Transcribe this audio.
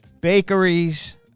bakeries